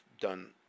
done